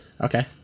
Okay